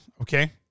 okay